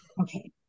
Okay